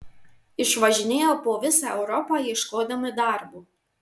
išvažinėjo po visą europą ieškodami darbo